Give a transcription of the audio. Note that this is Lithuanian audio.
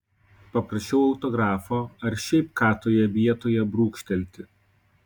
paprašiau autografo ar šiaip ką toje vietoje brūkštelti